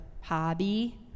hobby